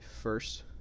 first